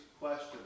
question